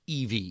EV